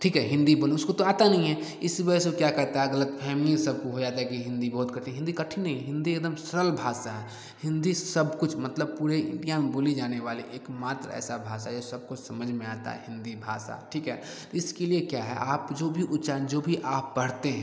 ठीक है हिन्दी बोले उसको तो आता नही है इस वजह से वह क्या करता है ग़लतफ़हमी सबको हो जाती है कि हिन्दी बहुत कठिन है हिन्दी कठिन नहीं है हिन्दी एक दम सरल भाषा है हिन्दी सब कुछ मतलब पूरे इंडिया में बोली जाने वाली एकमात्र ऐसी भाषा है जो सबको समझ में आती है हिन्दी भाषा ठीक है तो इसके लिए क्या है आप जो भी उच्चारनण जो भी आप पढ़ते हैं